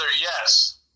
yes